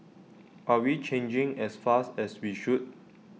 are we changing as fast as we should